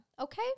okay